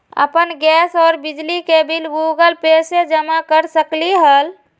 अपन गैस और बिजली के बिल गूगल पे से जमा कर सकलीहल?